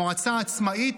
המועצה עצמאית,